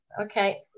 Okay